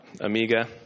Amiga